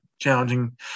challenging